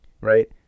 Right